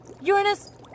Uranus